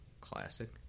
classic